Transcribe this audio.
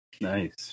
Nice